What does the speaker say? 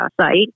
site